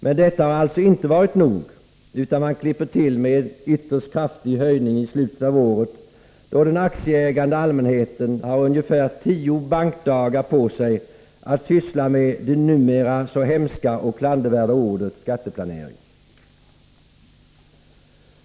Men detta har alltså inte varit nog, utan man klipper till med en ytterst kraftig höjning vid slutet av året, då den aktieägande allmänheten har ungefär tio bankdagar på sig att syssla med det som numera anses så hemskt och klandervärt, nämligen skatteplanering.